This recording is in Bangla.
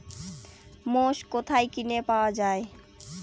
মোষ কোথায় কিনে পাওয়া যাবে?